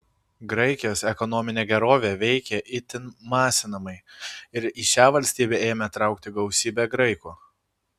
graikijos ekonominė gerovė veikė itin masinamai ir į šią valstybę ėmė traukti gausybė graikų